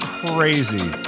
crazy